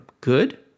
good